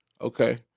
Okay